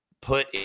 put